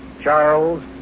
Charles